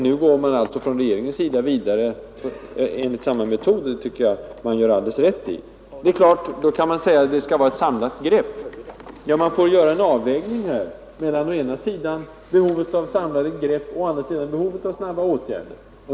Nu går alltså regeringen vidare enligt samma metod, och det tycker jag att man gör alldeles rätt i. Då kan man givetvis säga att det skall vara ett samlat grepp. Ja, man får göra en avvägning mellan å ena sidan behovet av samlade grepp och å andra sidan behovet av snabba åtgärder.